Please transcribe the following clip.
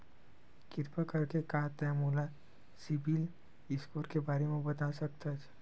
किरपा करके का तै मोला सीबिल स्कोर के बारे माँ बता सकथस?